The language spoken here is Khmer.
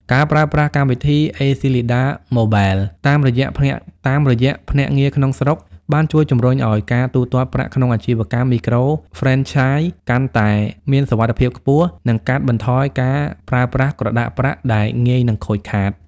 ការប្រើប្រាស់កម្មវិធី អេស៊ីលីដា ម៉ូប៊ែល (ACLEDA Mobile) តាមរយៈភ្នាក់ងារក្នុងស្រុក បានជួយជំរុញឱ្យការទូទាត់ប្រាក់ក្នុងអាជីវកម្មមីក្រូហ្វ្រេនឆាយកាន់តែមានសុវត្ថិភាពខ្ពស់ និងកាត់បន្ថយការប្រើប្រាស់ក្រដាសប្រាក់ដែលងាយនឹងខូចខាត។